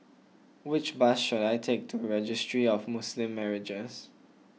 which bus should I take to Registry of Muslim Marriages